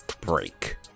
break